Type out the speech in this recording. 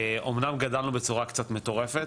אמנם גדלנו בצורה קצת מטורפת,